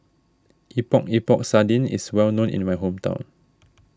Epok Epok Sardin is well known in my hometown